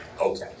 Okay